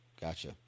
Gotcha